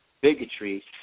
bigotry